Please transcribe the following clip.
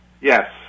yes